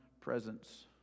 presence